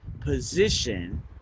position